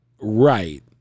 right